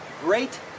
great